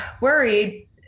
worried